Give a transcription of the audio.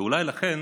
אולי לכן